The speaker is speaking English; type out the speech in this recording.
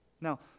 Now